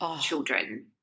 children